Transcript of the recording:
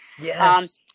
Yes